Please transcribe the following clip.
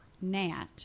Nat